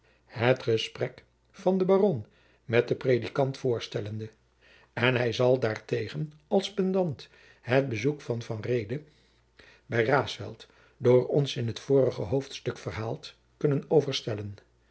het gesprek van den baron met den predikant voorstellende en hij zal daartegen als pendant het bezoek van van reede bij raesfelt door ons in t vorige hoofdstuk verhaald kunnen overstellen